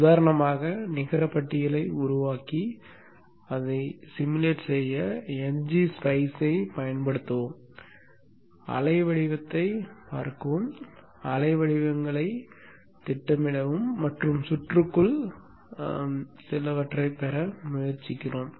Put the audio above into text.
உதாரணமாக நிகர பட்டியலை உருவாக்கி அதை உருவகப்படுத்த ngSpice ஐப் பயன்படுத்தவும் அலை வடிவத்தைப் பார்க்கவும் அலை வடிவங்களைத் திட்டமிடவும் மற்றும் சுற்றுக்குள் சிலவற்றைப் பெற முயற்சிக்கவும்